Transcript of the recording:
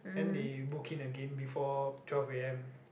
then they book in again before twelve a_m